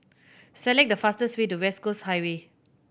select the fastest way to West Coast Highway